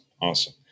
Awesome